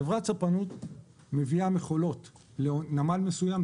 חברת ספנות מביאה מכולות לנמל מסוים,